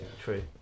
true